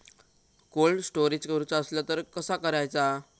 Cold storage करूचा असला तर कसा करायचा?